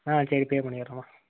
ஆ சரி பே பண்ணிடறேம்மா